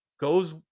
goes